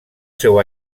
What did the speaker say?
seu